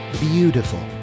Beautiful